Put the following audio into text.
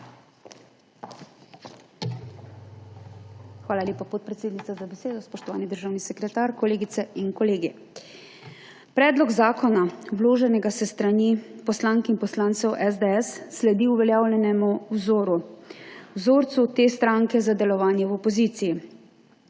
Hvala lepa, podpredsednica, za besedo. Spoštovani državni sekretar, kolegice in kolegi! Predlog zakona, vložen s strani poslank in poslancev SDS, sledi uveljavljenemu vzorcu te stranke za delovanje v opoziciji.